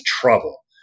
trouble